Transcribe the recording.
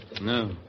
No